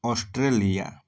Australia